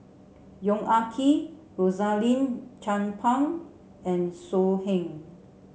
Yong Ah Kee Rosaline Chan Pang and So Heng